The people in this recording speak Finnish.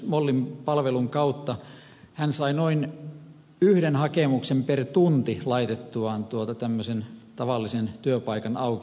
fi palvelun kautta hän sai noin yhden hakemuksen per tunti laitettuaan tämmöisen tavallisen työpaikan auki